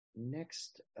next